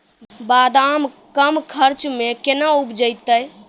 बादाम कम खर्च मे कैना उपजते?